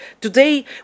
Today